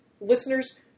Listeners